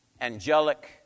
angelic